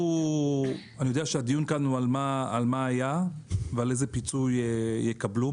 אני יודע שהדיון כאן הוא על מה היה ועל איזה פיצוי יקבלו.